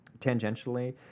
tangentially